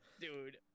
Dude